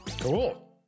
cool